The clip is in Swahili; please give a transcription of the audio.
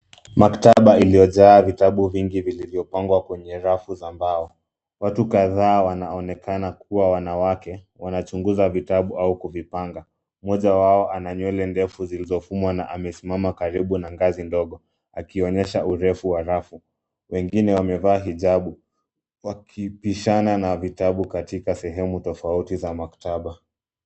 Maktaba iliyojaa vitabu vingi vilivyopangwa kwenye rafu za mbao. Watu kadhaa wanaonekana kuwa wanawake wanachunguza vitabu au kuvipanga. Mmoja wao ana nywele ndefu zilizofumwa na amesimama karibu na ngaazi ndogo akionyesha urefu wa rafu. Wengine wamevaa hijabu wakibishana na vitabu katika sehemu tofauti za maktaba.